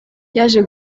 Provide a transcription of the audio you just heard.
yaje